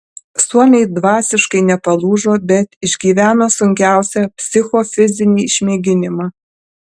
suomiai dvasiškai nepalūžo bet išgyveno sunkiausią psichofizinį išmėginimą